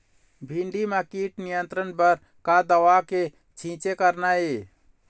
भिंडी म कीट नियंत्रण बर का दवा के छींचे करना ये?